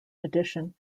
addition